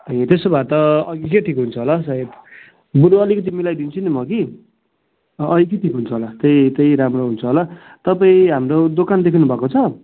ए त्यसो भए त अघिकै ठिक हुन्छ होला सायद बरू अलिकति मिलाइदिन्छु नि म कि अघिकै ठिक हुन्छ होला त्यही त्यही राम्रो हुन्छ होला तपाईँ हाम्रो दोकान देख्नुभएको छ